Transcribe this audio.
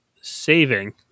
saving